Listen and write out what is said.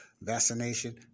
Vaccination